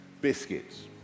Biscuits